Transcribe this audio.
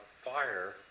fire